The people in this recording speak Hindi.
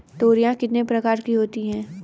तोरियां कितने प्रकार की होती हैं?